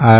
R